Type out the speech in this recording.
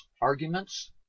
arguments